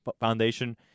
Foundation